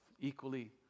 Equally